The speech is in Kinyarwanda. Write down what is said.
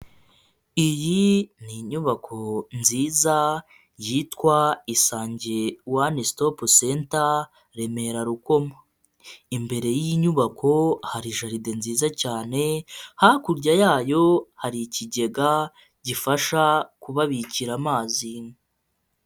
Iyi ni inyubako nziza yitwa isange wane sitopu senta Remera Rukoma, imbere y'iy'inyubako hari jaride nziza cyane, hakurya yayo hari ikigega gifasha kubabikira amazi.